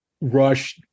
Rush